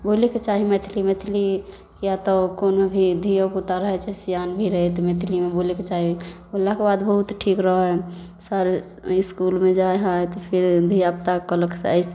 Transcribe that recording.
बोलैके चाही मैथिली मैथिली किएक तऽ कोनो भी धिओपुता रहै छै सिआन भी रहै तऽ मैथिलीमे बोलैके चाही बोललाके बाद बहुत ठीक रहै हइ सर इसकुलमे जाइ हइ तऽ धिआपुताके कहलक